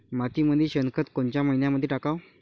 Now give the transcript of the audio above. मातीमंदी शेणखत कोनच्या मइन्यामंधी टाकाव?